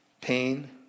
pain